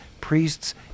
priests